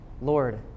Lord